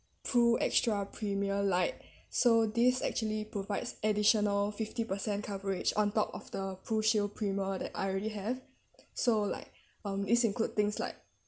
pruextra premier light so this actually provides additional fifty percent coverage on top of the prushield premier that I already have so like um it's include things like